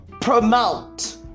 promote